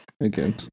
again